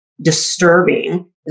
Disturbing